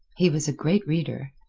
he was a great reader.